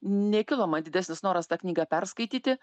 nekilo man didesnis noras tą knygą perskaityti